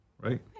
right